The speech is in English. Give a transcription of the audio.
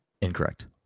Incorrect